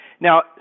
Now